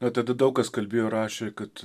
nuo tada daug kas kalbėjo rašė kad